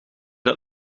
het